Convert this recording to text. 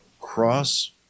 cross